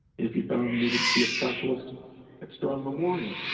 if you found you needed to see a specialist at strong memorial,